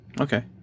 Okay